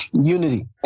Unity